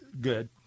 good